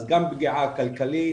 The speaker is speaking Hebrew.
אז גם פגיעה כלכלית,